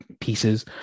pieces